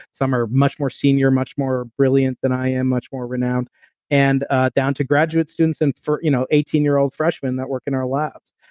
some are much more senior, much more brilliant than i am, much more renowned and ah down to graduate students and you know eighteen year old freshmen that work in our labs.